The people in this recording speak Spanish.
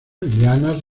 lianas